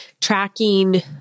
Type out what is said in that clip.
tracking